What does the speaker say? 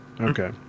okay